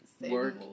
work